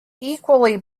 equally